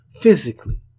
physically